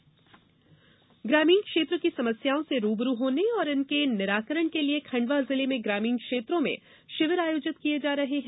शिविर ग्रामीण क्षेत्र की समस्याओं से रूबरू होने तथा समस्याओं के निराकरण के लिए खंडवा जिले में ग्रामीण क्षेत्रों में शिविर आयोजित किये जा रहे हैं